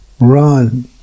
run